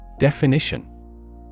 Definition